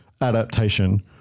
adaptation